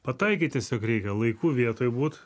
pataikyt tiesiog reikia laiku vietoj būt